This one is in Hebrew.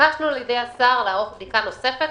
התבקשנו על ידי השר לערוך בדיקה נוספת